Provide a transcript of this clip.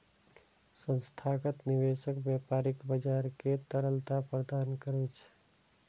संस्थागत निवेशक व्यापारिक बाजार कें तरलता प्रदान करै छै